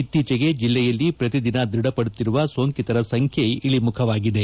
ಇತ್ತೀಚೆಗೆ ಜಿಲ್ಲೆಯಲ್ಲಿ ಪ್ರತಿದಿನ ದೃಢಪಡುತ್ತಿರುವ ಸೊಂಕಿತರ ಸಂಖ್ಯೆ ಇಳಮುಖವಾಗಿದೆ